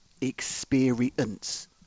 experience